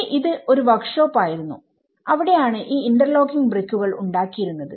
പക്ഷെ ഇത് ഒരു വർക്ക്ഷോപ്പ് ആയിരുന്നു അവിടെ ആണ് ഈ ഇന്റർലോക്കിങ് ബ്രിക്കുകൾ ഉണ്ടാക്കിയിരുന്നത്